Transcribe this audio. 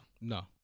no